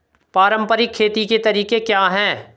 पारंपरिक खेती के तरीके क्या हैं?